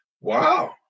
Wow